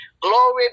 Glory